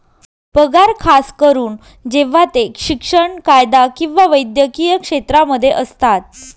पगार खास करून जेव्हा ते शिक्षण, कायदा किंवा वैद्यकीय क्षेत्रांमध्ये असतात